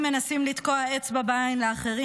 ההם מנסים לתקוע אצבע בעין לאחרים,